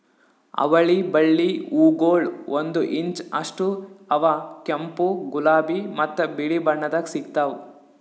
ಅವಳಿ ಬಳ್ಳಿ ಹೂಗೊಳ್ ಒಂದು ಇಂಚ್ ಅಷ್ಟು ಅವಾ ಕೆಂಪು, ಗುಲಾಬಿ ಮತ್ತ ಬಿಳಿ ಬಣ್ಣದಾಗ್ ಸಿಗ್ತಾವ್